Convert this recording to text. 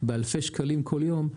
באלפי שקלים כל יום,